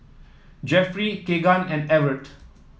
Jeffry Kegan and Evert